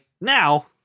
Now